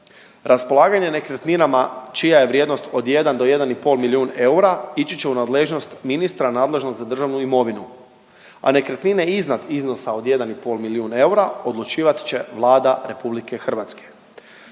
Raspolaganje nekretninama čija je vrijednost od jedan do jedan i pol milijun eura ići će u nadležnost ministra nadležnog za državnu imovinu, a nekretnine iznad iznosa od jedan i pol milijun eura odlučivat će Vlada Republike Hrvatske.